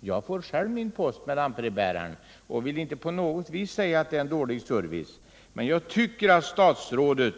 Jag får själv min post med lantbrevbärare och vill inte på något sätt påstå att det är en dålig service, men jag menar att statsrådet